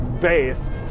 base